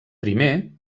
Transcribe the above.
primer